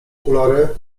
okulary